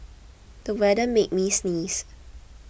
the weather made me sneeze